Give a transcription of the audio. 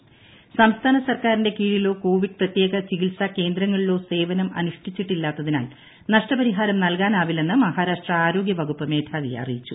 സ്ക്യൂസ്പ്പാന്ന സർക്കാരിന്റെ കീഴിലോ കോവിഡ് പ്രത്യേക ചിക്ടിത്സ്മ കേന്ദ്രങ്ങളിലോ സേവനം അനുഷ്ഠിച്ചിട്ടില്ലാത്തതിനാൽ നഷ്ട്രപരിഹാരം നൽകാനാവില്ലെന്ന് മഹാരാഷ്ട്ര ആരോഗൃവകുപ്പ് ്യമേധാവി അറിയിച്ചു